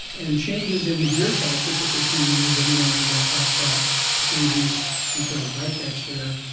and changes in the gear type that the fishermen use in and around that hotspot to reduce sea turtle by-catch there.